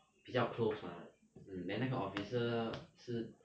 比较 close mah mm then 那个 officer 是